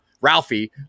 ralphie